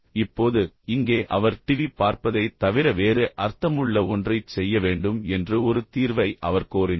இப்போது இங்கே அவர் டிவி பார்ப்பதைத் தவிர வேறு அர்த்தமுள்ள ஒன்றைச் செய்ய வேண்டும் என்று ஒரு தீர்வை அவர் கோரினார்